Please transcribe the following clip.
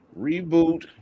Reboot